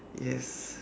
yes